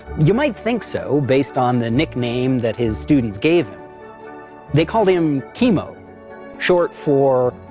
you might think so based on the nickname that his students gave him they called him ke-mo short for.